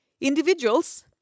Individuals